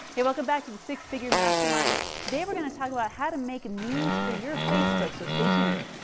hey, welcome back to the six figure mastermind. today, we're going to talk about how to make memes for your facebook so stay tuned.